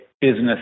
business